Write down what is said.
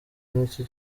nicyo